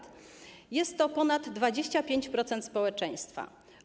To ponad 25% społeczeństwa.